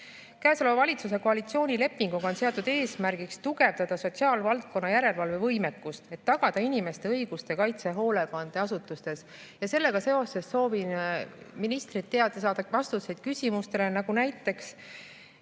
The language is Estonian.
parane. Käesoleva valitsuse koalitsioonilepinguga on seatud eesmärgiks tugevdada sotsiaalvaldkonna järelevalve võimekust, et tagada inimeste õiguste kaitse hoolekandeasutustes. Sellega seoses soovime ministrilt teada saada vastuseid küsimustele. Näiteks,